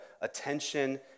attention